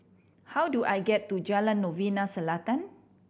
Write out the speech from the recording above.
how do I get to Jalan Novena Selatan